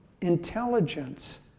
intelligence